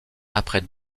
après